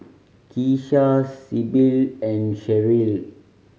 Keesha Sybil and Sherryl